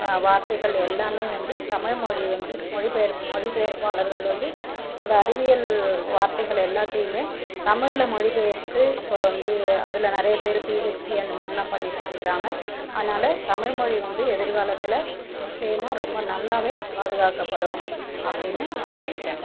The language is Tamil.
வார்த்தைகள் எல்லாம் வந்து தமிழ்மொழி வந்து மொழிபெயர் மொழி பெயர்ப்பாளர்கள் வந்து அந்த அறிவியல் வார்த்தைகள் எல்லாத்தையும் தமிழில் மொழிபெயர்த்து இப்போ வந்து அதில் நிறைய பேர் பிஹெச்டி அந்த மாதிரிலாம் பண்ணிட்டு இருக்கிறாங்க அதனால் தமிழ்மொழி வந்து எதிர்காலத்தில் நிச்சயமாக ரொம்ப நல்லாவே பாதுகாக்கப்படும் அப்படின்னு நினைக்கிறேன்